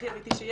כן.